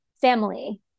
family